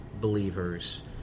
believers